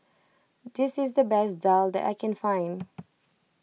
this is the best Daal that I can find